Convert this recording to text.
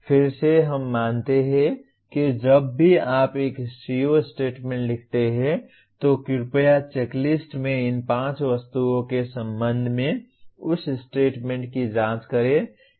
फिर से हम मानते हैं कि जब भी आप एक CO स्टेटमेंट लिखते हैं तो कृपया चेकलिस्ट में इन 5 वस्तुओं के संबंध में उस स्टेटमेंट की जांच करें